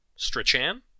Strachan